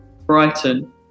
Brighton